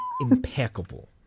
impeccable